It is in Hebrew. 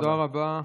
תודה רבה.